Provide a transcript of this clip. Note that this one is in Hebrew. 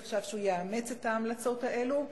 חשב שהוא יאמץ את ההמלצות האלה.